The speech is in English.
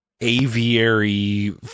aviary